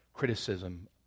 Criticism